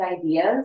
ideas